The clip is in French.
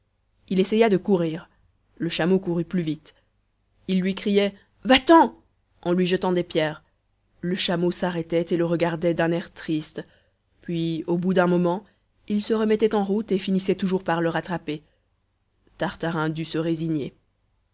il essaya de courir le chameau courut plus vite il lui criait va t'en en lui jetant des pierres le chameau s'arrêtait et le regardait d'un air triste puis au bout d'un moment il se remettait en route et finissait toujours par le rattraper tartarin dut se résigner